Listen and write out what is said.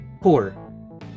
poor